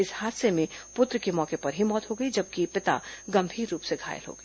इस हादसे में पुत्र की मौके पर ही मौत हो गई जबकि पिता गंभीर रूप से घायल हो गया